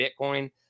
Bitcoin